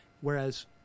whereas